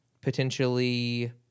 potentially